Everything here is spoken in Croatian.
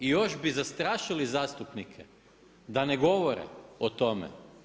I još bi zastrašili zastupnike da ne govore o tome.